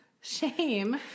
shame